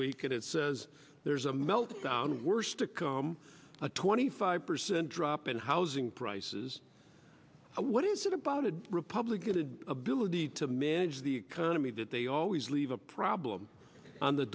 week it says there's a meltdown worse to come a twenty five percent drop in housing prices what is it about a republican to ability to manage the economy that they always leave a problem on the